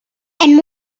and